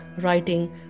writing